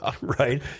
right